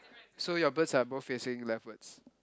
so your birds are all facing leftwards